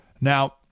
Now